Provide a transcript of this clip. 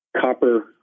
copper